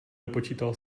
nepočítal